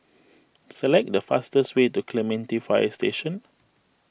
select the fastest way to Clementi Fire Station